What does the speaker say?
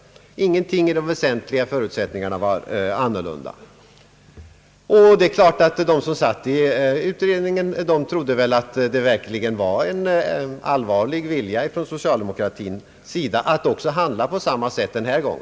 Ingenting i de väsentliga förutsättningarna var annorlunda. Det är klart att de som satt i utredningen trodde, att det verkligen var en allvarlig vilja från socialdemokratin att också denna gång handla på samma sätt som tidigare.